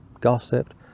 gossiped